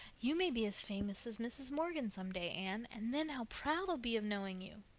you may be as famous as mrs. morgan some day, anne, and then how proud i'll be of knowing you,